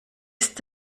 ist